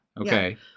Okay